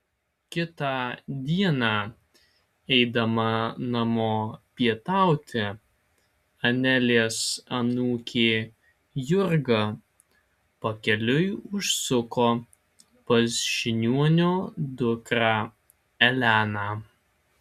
kitą dieną eidama namo pietauti anelės anūkė jurga pakeliui užsuko pas žiniuonio dukrą eleną